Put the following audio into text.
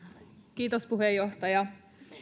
kiitos puheenjohtaja